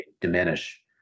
diminish